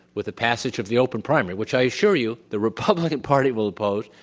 with the passage of the open primary, which i assure you, the republican party will oppose,